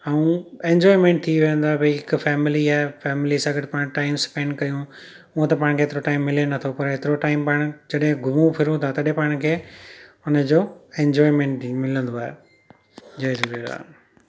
ऐं एंजॉयमेंट थी वेंदा भाई हिक फैमिली आहे फैमिली सां गॾु पाण टाइम स्पेंड कयूं हूअं त पाण खे एतिरो टाइम मिले नथो पर एतिरो टाइम पाण जॾहिं घुमूं फिरूं था तॾहिं पाण खे हुनजो एंजॉयमेंट बि मिलंदो आहे जय झूलेलाल